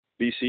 BC